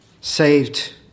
saved